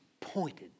pointed